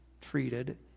treated